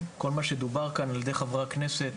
כל מה שדובר כאן על ידי חברי הכנסת,